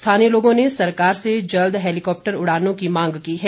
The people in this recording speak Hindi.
स्थानीय लोगों ने सरकार से जल्द हैलीकॉप्टर उड़ानों की मांग की है